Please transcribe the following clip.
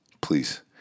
please